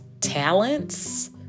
talents